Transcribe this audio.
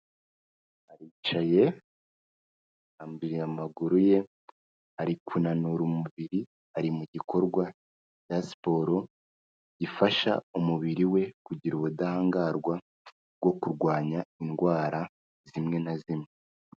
Aricaye, arambuye amaguru ye, ari kunanura umubiri, ari mu gikorwa cya siporo gifasha umubiri we kugira ubudahangarwa bwo kurwanya indwara zimwe na zimwe.